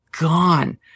gone